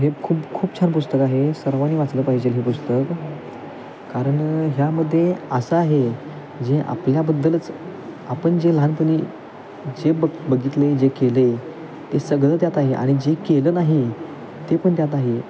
हे खूप खूप छान पुस्तक आहे सर्वांनी वाचलं पाहिजेल हे पुस्तक कारण ह्यामध्ये असं आहे जे आपल्याबद्दलच आपण जे लहानपणी जे बघ बघितलं आहे जे केलं आहे ते सगळं त्यात आहे आणि जे केलं नाही ते पण त्यात आहे